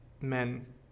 men